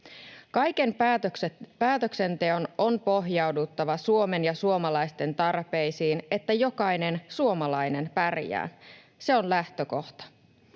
Kaiken päätöksenteon on pohjauduttava Suomen ja suomalaisten tarpeisiin, että jokainen suomalainen pärjää. Se on lähtökohta.